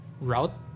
route